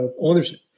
ownership